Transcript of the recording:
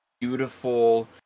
beautiful